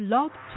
Love